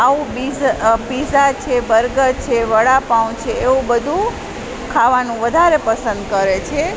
આવું પીઝા છે બર્ગર છે વડાપાઉં છે એવું બધું ખાવાનું વધારે પસંદ કરે છે